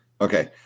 Okay